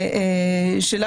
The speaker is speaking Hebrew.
ושוב,